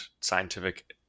scientific